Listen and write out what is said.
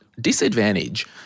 disadvantage